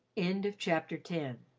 end of chapter ten